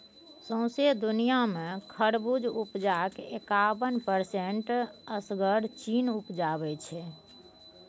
सौंसे दुनियाँ मे खरबुज उपजाक एकाबन परसेंट असगर चीन उपजाबै छै